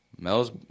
Mel's